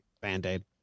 Band-Aid